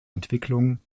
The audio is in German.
entwicklung